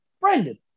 Brendan